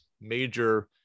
major